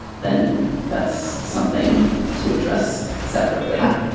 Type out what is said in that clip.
then that's something to address separately yeah.